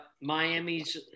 Miami's